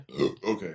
Okay